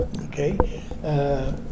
Okay